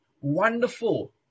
wonderful